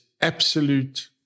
absolute